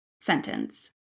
sentence